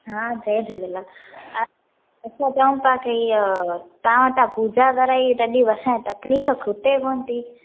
हा जय झूलेलाल असां चऊं था के हिय तव्हां वटां पूजा कराई तॾहिं बि असाजी तकलीफ़ खुटे कोन्ह थी